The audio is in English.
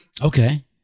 Okay